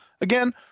Again